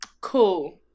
Cool